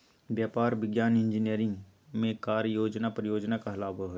व्यापार, विज्ञान, इंजीनियरिंग में कार्य योजना परियोजना कहलाबो हइ